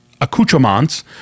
accoutrements